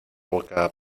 boca